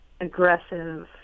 aggressive